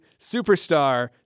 superstar